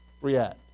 react